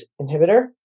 inhibitor